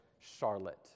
Charlotte